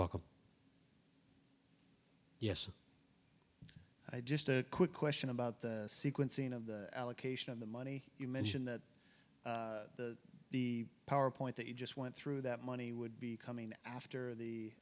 welcome yes i just a quick question about the sequencing of the allocation of the money you mentioned that the power point that you just went through that money would be coming after the